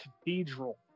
cathedral